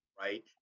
Right